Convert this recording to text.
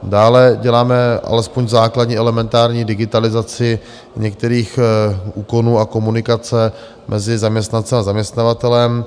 Dále děláme alespoň základní elementární digitalizaci některých úkonů a komunikace mezi zaměstnancem a zaměstnavatelem.